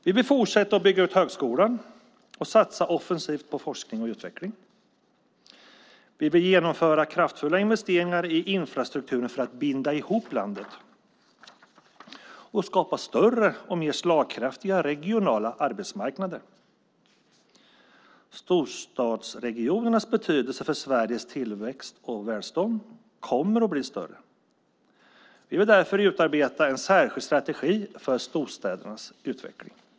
Vi vill fortsätta att bygga ut högskolan och satsa offensivt på forskning och utveckling. Vi vill genomföra kraftfulla investeringar i infrastrukturen för att binda ihop landet och skapa större och mer slagkraftiga regionala arbetsmarknader. Storstadsregionernas betydelse för Sveriges tillväxt och välstånd kommer att bli större. Vi vill därför utarbeta en särskild strategi för storstädernas utveckling.